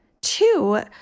Two